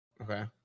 Okay